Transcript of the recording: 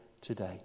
today